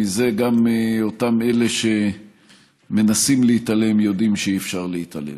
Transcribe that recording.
מזה גם אלה שמנסים להתעלם יודעים שאי-אפשר להתעלם.